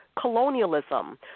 colonialism